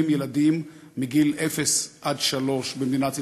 ילדים מגיל אפס עד שלוש במדינת ישראל,